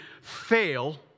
fail